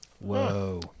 whoa